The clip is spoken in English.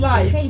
Life